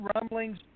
rumblings